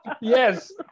yes